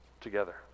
together